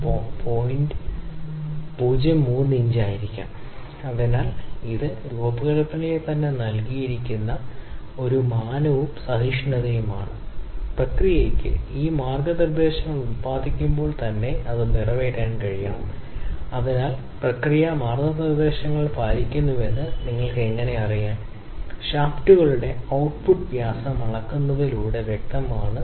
അതിനാൽ അവിടെ പാരാമീറ്ററുകൾ തിരഞ്ഞെടുക്കുക പാരാമീറ്ററിലെ ഏറ്റവും ചെറിയ വ്യതിയാനങ്ങളും പ്രത്യേക എഞ്ചിന്റെ ശേഷിയുമാണ് പാരാമെട്രിക് ഒരു പ്രോപ്പർട്ടി ഡെലിവറി ചെയ്യുന്നതിനായി എല്ലായ്പ്പോഴും സൂക്ഷിക്കുന്നു അല്ലെങ്കിൽ ഒരു പ്രകടനമായിരിക്കാം പാരാമെട്രിക് എല്ലായ്പ്പോഴും ഓവർ സൈഡിൽ അല്പം മാത്രം സൂക്ഷിക്കണം അങ്ങനെ എല്ലായ്പ്പോഴും അവിടെയുണ്ട് പ്രകടന അളവുകൾക്ക് അനുസൃതമാണ്